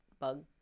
bug